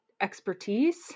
expertise